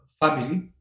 family